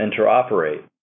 interoperate